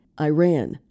Iran